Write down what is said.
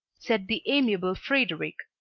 said the amiable frederic,